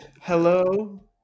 Hello